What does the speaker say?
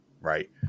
right